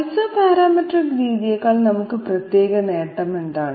isoparametric രീതിയെക്കാൾ നമുക്ക് പ്രത്യേക നേട്ടം എന്താണ്